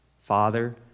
Father